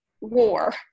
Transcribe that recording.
war